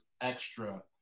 extra